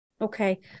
Okay